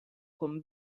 con